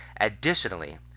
Additionally